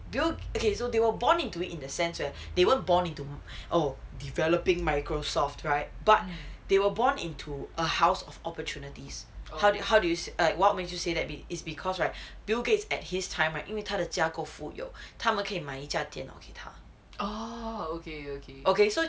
do you okay so they were born into it in the sense where they weren't born into oh developing Microsoft right but they were born into a house of opportunities how did how what makes you say that is because right bill gates at his time right 因为他的家够富有他们可以买一架电脑给他给他 oh okay okay okay so